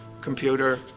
computer